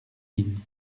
mines